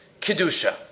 Kedusha